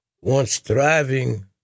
once-thriving